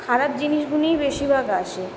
খারাপ জিনিসগুলিই বেশিরভাগ আসে